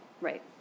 Right